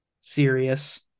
serious